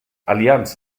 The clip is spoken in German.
allianz